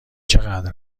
چقدر